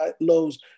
lows